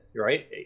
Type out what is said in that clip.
right